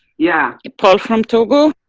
yeah. paul from togo?